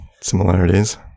similarities